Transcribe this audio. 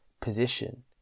position